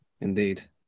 Indeed